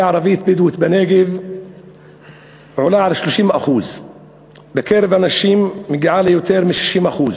הערבית הבדואית בנגב עולה על 30% ובקרב הנשים מגיע ליותר מ-60%?